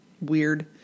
weird